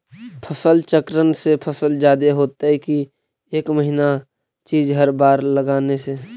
फसल चक्रन से फसल जादे होतै कि एक महिना चिज़ हर बार लगाने से?